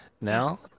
Now